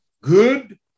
good